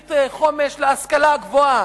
ותוכנית חומש להשכלה הגבוהה.